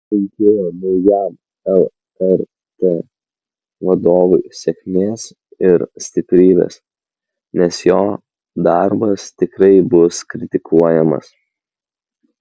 linkėjo naujajam lrt vadovui sėkmės ir stiprybės nes jo darbas tikrai bus kritikuojamas